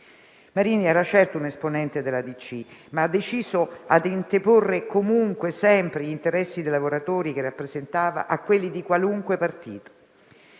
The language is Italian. Marini era certo un esponente della democrazia cristiana, ma deciso ad anteporre comunque e sempre gli interessi dei lavoratori, che rappresentava, a quelli di qualunque partito.